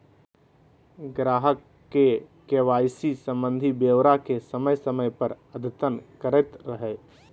ग्राहक के के.वाई.सी संबंधी ब्योरा के समय समय पर अद्यतन करैयत रहइ